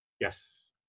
Yes